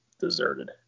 deserted